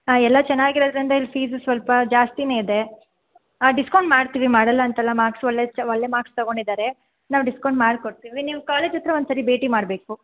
ಹಾಂ ಎಲ್ಲ ಚೆನ್ನಾಗಿರೋದರಿಂದ ಇಲ್ಲಿ ಫೀಸು ಸ್ವಲ್ಪ ಜಾಸ್ತಿಯೇ ಇದೆ ಆಂ ಡಿಸ್ಕೌಂಟ್ ಮಾಡ್ತೀವಿ ಮಾಡೋಲ್ಲ ಅಂತಲ್ಲ ಮಾಕ್ಸ್ ಒಳ್ಳೆಯ ಒಳ್ಳೆಯ ಮಾಕ್ಸ್ ತೊಗೊಂಡಿದ್ದಾರೆ ನಾವು ಡಿಸ್ಕೌಂಟ್ ಮಾಡಿಕೊಡ್ತೀವಿ ನೀವು ಕಾಲೇಜ್ ಹತ್ರ ಒಂದು ಸಾರಿ ಭೇಟಿ ಮಾಡಬೇಕು